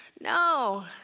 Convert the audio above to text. No